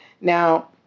Now